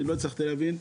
אני לא הצלחתי להבין,